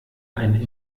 einen